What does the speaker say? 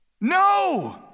No